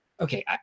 Okay